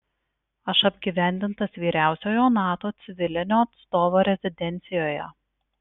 aš apgyvendintas vyriausiojo nato civilinio atstovo rezidencijoje